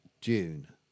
June